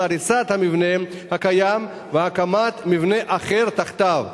הריסת המבנה הקיים והקמת מבנה אחר תחתיו.